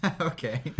okay